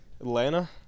Atlanta